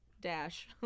dash